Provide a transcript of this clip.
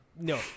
No